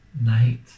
night